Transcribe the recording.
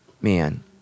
Man